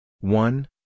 One